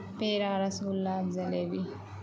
پیڑا rasgulla jalebi